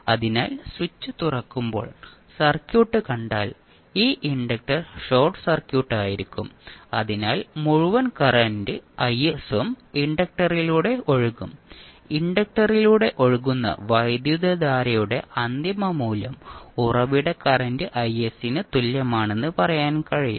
അതിനാൽ സ്വിച്ച് തുറക്കുമ്പോൾ സർക്യൂട്ട് കണ്ടാൽ ഈ ഇൻഡക്റ്റർ ഷോർട്ട് സർക്യൂട്ട് ആയിരിക്കും അതിനാൽ മുഴുവൻ കറന്റ് Is ഉം ഇൻഡക്ടറിലൂടെ ഒഴുകും ഇൻഡക്റ്ററിലൂടെ ഒഴുകുന്ന വൈദ്യുതധാരയുടെ അന്തിമ മൂല്യം ഉറവിട കറന്റ് Is ന് തുല്യമാണെന്ന് പറയാൻ കഴിയും